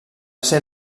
ser